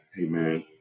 Amen